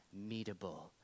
meetable